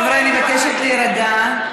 חבר'ה, אני מבקשת להירגע.